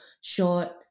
short